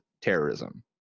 terrorism